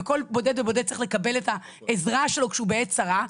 וכל בודד ובודד צריך לקבל את העזרה שלו כשהוא בעת צרה,